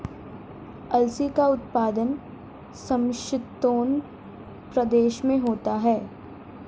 अलसी का उत्पादन समशीतोष्ण प्रदेश में होता है